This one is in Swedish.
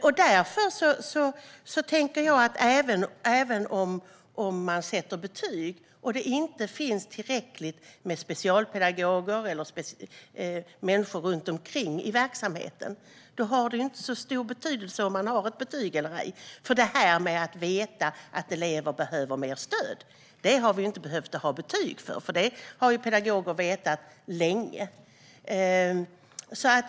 Jag tänker alltså att om man sätter betyg och det ändå inte finns tillräckligt med specialpedagoger eller människor runt omkring i verksamheten så har det inte så stor betydelse med betyg eller ej. Huruvida elever är i behov av mer stöd behöver vi inga betyg för att veta, för det har ju pedagoger vetat länge.